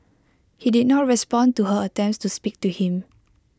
he did not respond to her attempts to speak to him